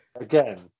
Again